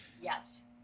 Yes